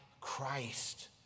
Christ